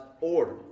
order